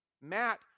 Matt